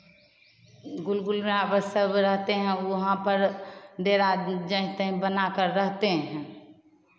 गुलगुल यहाँ पर सब रहते हैं वहाँ पर डेरा जहिं तहिं बनाकर रहते हैं